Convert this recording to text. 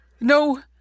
No